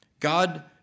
God